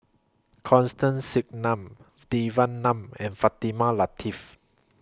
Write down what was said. Constance Singam Devan Nair and Fatimah Lateef